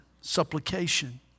supplication